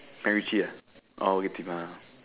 MacRitchie ah oh Bukit-Timah